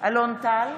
בהצבעה אלון טל,